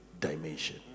dimension